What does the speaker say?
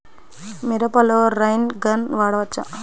మిరపలో rain gun వాడవచ్చా?